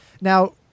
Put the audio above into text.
now